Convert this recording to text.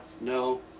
no